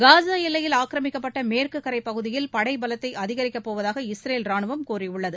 காசா எல்லையில் ஆக்கிரமிக்கப்பட்ட மேற்கு கரை பகுதியில் படை பலத்தை அதிகரிக்கப்போவதாக இஸ்ரேல் ராணுவம் கூறியுள்ளது